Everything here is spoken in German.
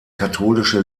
katholische